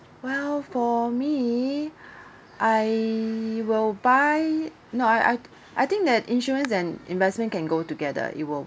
well for me I will buy no I I I think that insurance and investment can go together it will